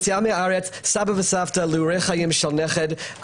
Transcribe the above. יציאה מהארץ של סבא וסבתא לאירועי חיים של נכד,